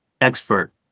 expert